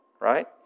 Right